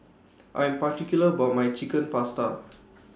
I Am particular about My Chicken Pasta